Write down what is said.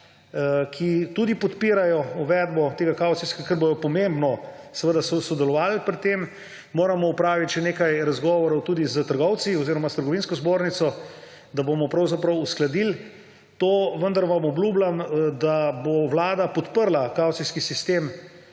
ki tudi podpirajo uvedbo tega kavcijskega, ker bodo pomembno sodelovali pri tem. Moramo opraviti še nekaj razgovorov tudi s trgovci oziroma s Trgovinsko zbornico, da bomo pravzaprav to uskladili. Vendar vam obljubljam, da bo Vlada podprla kavcijski sistem